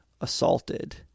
assaulted